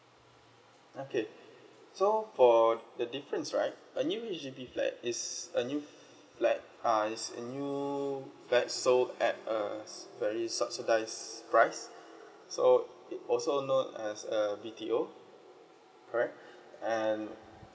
okay so for the difference right a new H_D_B flat is a new flat uh is a new flat so at a very subsidize price so it also known as a B_T_O correct and